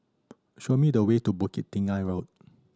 show me the way to Bukit Tinggi Road